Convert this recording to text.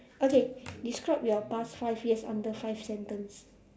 okay describe your past five years under five sentence